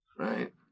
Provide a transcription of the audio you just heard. right